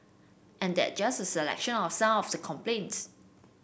and that's just a selection of some of the complaints